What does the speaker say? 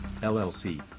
LLC